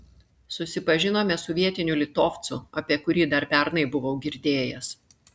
susipažinome su vietiniu litovcu apie kurį dar pernai buvau girdėjęs